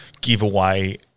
giveaway